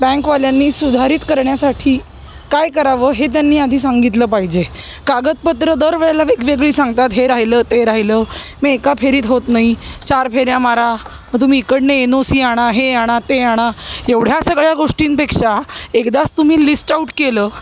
बँकवाल्यांनी सुधारित करण्यासाठी काय करावं हे त्यांनी आधी सांगितलं पाहिजे कागदपत्रं दरवेळेला वेगवेगळी सांगतात हे राहिलं ते राहिलं मग एका फेरीत होत नाही चार फेऱ्या मारा तुम्ही इकडनं एन ओ सी आणा हे आणा ते आणा एवढ्या सगळ्या गोष्टींपेक्षा एकदाच तुम्ही लिस्ट आऊट केलं